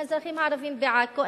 האזרחים הערבים בעכו,